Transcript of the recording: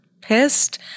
pissed